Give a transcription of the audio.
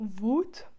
wood